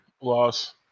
Loss